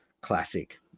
classic